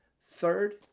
third